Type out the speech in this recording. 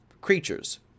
creatures